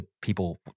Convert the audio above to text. people